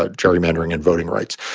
ah gerrymandering and voting rights.